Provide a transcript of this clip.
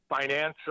financial